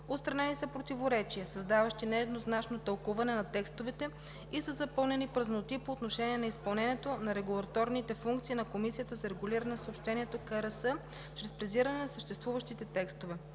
Отстранени са противоречия, създаващи нееднозначно тълкуване на текстовете, и са запълнени празноти по отношение на изпълнението на регулаторните функции на Комисията за регулиране на съобщенията (КРС) чрез прецизиране на съществуващите текстове.